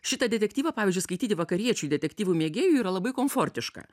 šitą detektyvą pavyzdžiui skaityti vakariečiui detektyvų mėgėjui yra labai komfortiška